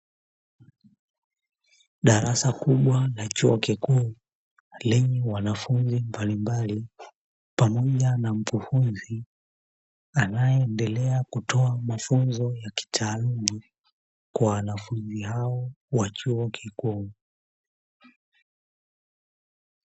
Darasa kubwa la chuo kikuu lenye wanafunzi mbalimbali, pamoja na mkufunzi anayeendelea kutoa mafunzo ya kitaaluma, kwa wanafunzi hao wa chuo kikuu.